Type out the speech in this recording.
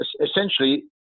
essentially